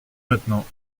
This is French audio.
maintenant